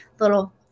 little